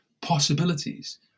possibilities